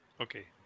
Okay